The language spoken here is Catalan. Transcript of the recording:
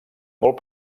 molt